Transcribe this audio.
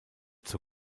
zur